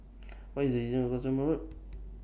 What IS The distance to Cottesmore Road